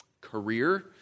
career